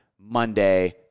Monday